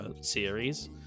series